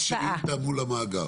מה זה שאילתה מול המאגר?